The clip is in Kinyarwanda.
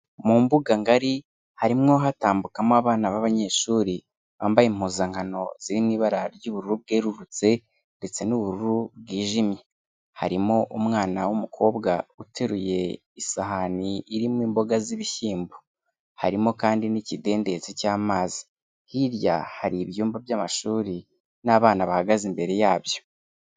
Mu mbuga ngari, harimo hatambukamo abana b'abanyeshuri, bambaye impuzankano ziri mu ibara ry'ubururu bwerurutse ndetse n'ubururu bwijimye. Harimo umwana w'umukobwa uteruye isahani irimo imboga z'ibishyimbo. Harimo kandi n'ikidendezi cy'amazi. Hirya hari ibyumba by'amashuri, n'abana bahagaze imbere yabyo.